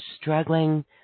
struggling